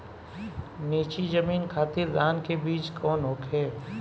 नीची जमीन खातिर धान के बीज कौन होखे?